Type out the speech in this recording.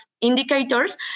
indicators